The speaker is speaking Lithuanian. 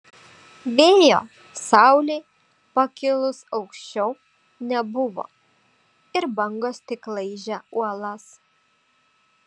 vėjo saulei pakilus aukščiau nebuvo ir bangos tik laižė uolas